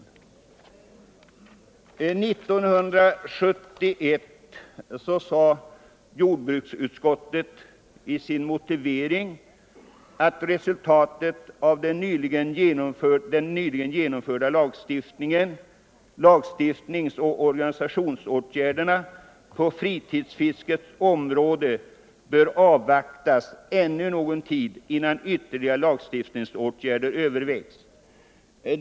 År 1971 uttalade jordbruksutskottet i sin motivering att resultatet av de nyligen genomförda lagstiftningsoch organisationsåtgärderna på fritidsfiskets område bör avvaktas ännu någon tid innan ytterligare lagstiftningsåtgärder övervägs.